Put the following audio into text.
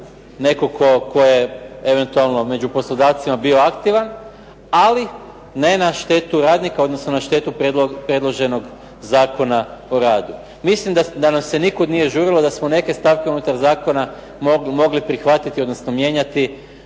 netko tko je eventualno među poslodavcima bio aktivan, ali ne na štetu radnika odnosno na štetu predloženog Zakona o radu. Mislim da nam se nikud nije žurilo, da smo neke stavke unutar zakona mogli prihvatiti odnosno mijenjati